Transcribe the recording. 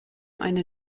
eine